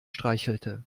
streichelte